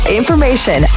information